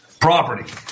property